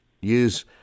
use